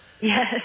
Yes